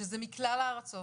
שזה מכלל הארצות.